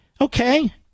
okay